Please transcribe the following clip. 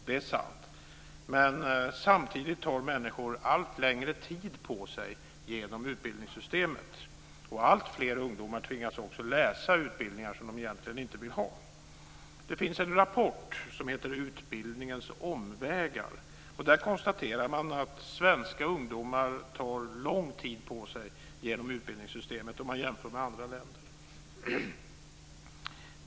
Det är sant. Men samtidigt tar människor allt längre tid på sig genom utbildningssystemet. Alltfler ungdomar tvingas också läsa utbildningar som de egentligen inte vill ha. Det finns en rapport som heter Utbildningens omvägar. Där konstaterar man att svenska ungdomar tar lång tid på sig genom utbildningssystemet om man jämför med andra länder.